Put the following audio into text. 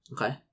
Okay